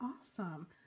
Awesome